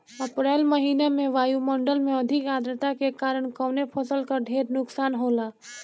अप्रैल महिना में वायु मंडल में अधिक आद्रता के कारण कवने फसल क ढेर नुकसान होला?